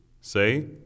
Say